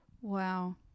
Wow